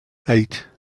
eight